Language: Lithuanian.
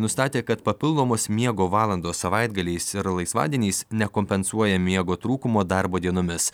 nustatė kad papildomos miego valandos savaitgaliais ir laisvadieniais nekompensuoja miego trūkumo darbo dienomis